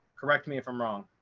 correct me if i'm wrong.